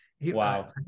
Wow